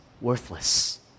worthless